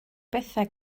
bethau